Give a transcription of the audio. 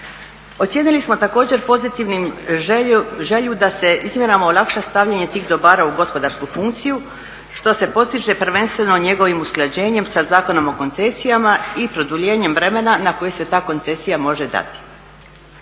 Ocijenili smo također pozitivnim želju da se izmjenama olakša stavljanje tih dobara u gospodarsku funkciju što se postiže prvenstveno njegovim usklađenjem sa Zakonom o koncesijama i produljenjem vremena na koji se ta koncesija može dati.